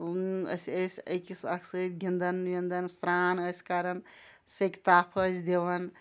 أسۍ ٲسۍ أکِس اَکھ سۭتۍ گِنٛدان وِنٛدان سرٛان ٲسۍ کَران سیٚکہِ تاپھ ٲسۍ دِوان